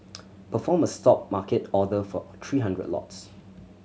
perform a Stop market order for three hundred lots